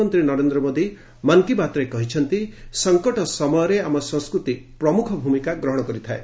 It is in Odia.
ପ୍ରଧାନମନ୍ତ୍ରୀ ନରେନ୍ଦ୍ର ମୋଦି ମନ୍ କୀ ବାତ୍ରେ କହିଛନ୍ତି ସଙ୍କଟ ସମୟରେ ଆମ ସଂସ୍କୃତି ପ୍ରମୁଖ ଭୂମିକା ଗ୍ରହଣ କରିଥାଏ